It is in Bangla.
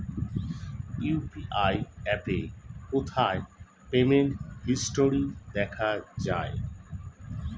ইউ.পি.আই অ্যাপে কোথায় পেমেন্ট হিস্টরি দেখা যায়?